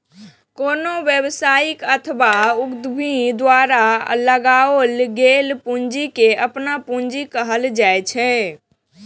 कोनो व्यवसायी अथवा उद्यमी द्वारा लगाओल गेल पूंजी कें अपन पूंजी कहल जाइ छै